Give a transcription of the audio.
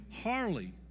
Harley